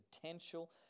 potential